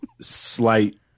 slight